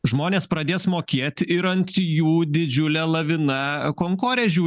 žmonės pradės mokėt ir ant jų didžiulė lavina konkorėžių